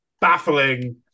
baffling